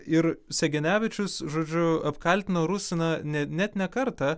ir segenevičius žodžiu apkaltino rusiną ne net kartą